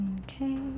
Okay